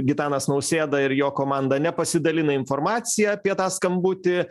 gitanas nausėda ir jo komanda nepasidalina informacija apie tą skambutį